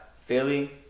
philly